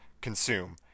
consume